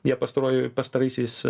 jie pastaruoju pastaraisiais